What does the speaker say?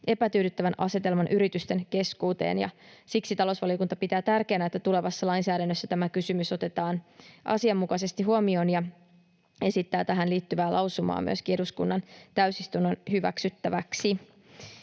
epätyydyttävän asetelman yritysten keskuuteen, ja siksi talousvaliokunta pitää tärkeänä, että tulevassa lainsäädännössä tämä kysymys otetaan asianmukaisesti huomioon, ja esittää tähän liittyvää lausumaa myöskin eduskunnan täysistunnon hyväksyttäväksi.